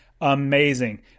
amazing